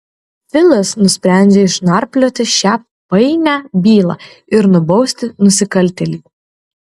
filas nusprendžia išnarplioti šią painią bylą ir nubausti nusikaltėlį